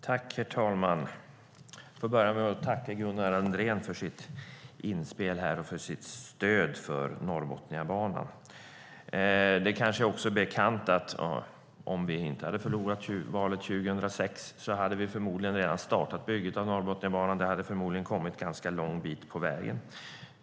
Herr talman! Jag får börja med att tacka Gunnar Andrén för hans inspel och hans stöd för Norrbotniabanan. Det kanske också är bekant att om vi inte hade förlorat valet 2006 hade vi förmodligen redan startat bygget av Norrbotniabanan, och det hade förmodligen kommit en ganska lång bit på vägen.